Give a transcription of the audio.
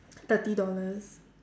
thirty dollars